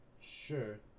Sure